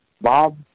Bob